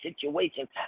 situations